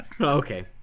okay